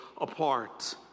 apart